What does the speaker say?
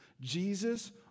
Jesus